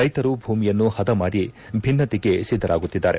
ರೈತರು ಭೂಮಿಯನ್ನು ಹದ ಮಾಡಿ ಭಿತ್ತನೆಗೆ ಸಿದ್ದರಾಗುತ್ತಿದ್ದಾರೆ